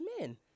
men